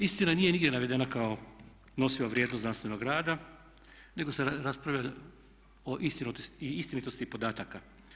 Istina nije nigdje navedena kao nosiva vrijednost znanstvenog rada nego se raspravlja o istinitosti podataka.